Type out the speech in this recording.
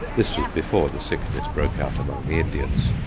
this was before the sickness broke out among the indians.